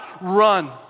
run